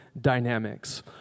dynamics